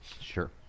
Sure